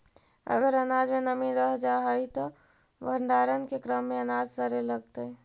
अगर अनाज में नमी रह जा हई त भण्डारण के क्रम में अनाज सड़े लगतइ